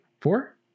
Four